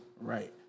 Right